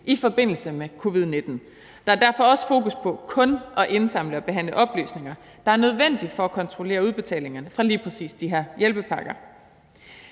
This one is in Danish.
i forbindelse med covid-19. Der er derfor også fokus på kun at indsamle og behandle oplysninger, der er nødvendige for at kontrollere udbetalinger fra lige præcis de her hjælpepakker.